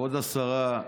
כבוד השרה,